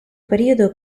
periodo